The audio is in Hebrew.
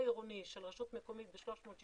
כך שהמתכלל העירוני של רשות מקומית ב-360 יכול